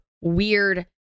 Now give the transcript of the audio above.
weird